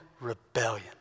rebellion